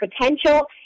potential